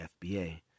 FBA